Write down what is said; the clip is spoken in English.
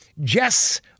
Jess